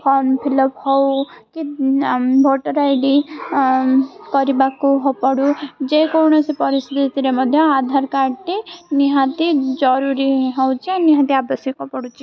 form fill up ହଉ କି voter I D କରିବାକୁ ପଡ଼ୁ ଯେକୌଣସି ପରିସ୍ଥିତିରେ ମଧ୍ୟ ଆଧାର କାର୍ଡ଼ଟି ନିହାତି ଜରୁରୀ ହେଉଛି ଆ ନିହାତି ଆବଶ୍ୟକ ପଡ଼ୁଛି